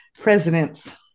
presidents